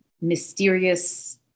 mysterious